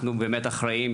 אנחנו באמת אחראים,